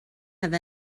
have